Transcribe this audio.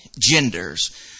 genders